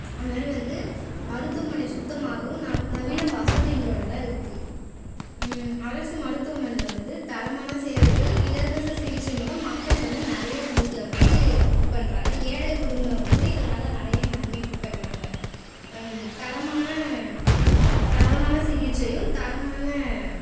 அந்த மாதிரி வந்து மருத்துவமனை சுத்தமாகவும் நா நவீன வசதிகளோடு தான் இருக்குது அரசு மருத்துவமனையில் வந்து தரமான சேவைகள் இலவச சிகிச்சை மூலம் மக்கள் வந்து நிறைய விதத்தில் வந்து இது பண்ணுறாங்க ஏழை குடும்பம் வந்து இதனால நிறைய நன்மை பெறுறாங்க தரமான தரமான சிகிச்சையும் தரமான